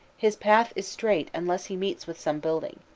his path is straight, unless he meets with some building.